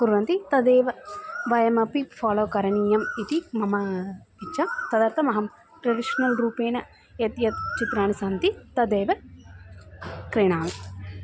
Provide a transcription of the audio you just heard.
कुर्वन्ति तदेव वयमपि फ़ालो करणीयम् इति मम इच्छा तदर्थम् अहं ट्रेडिशनल् रूपेण यत् यत् चित्राणि सन्ति तदेव क्रीणामि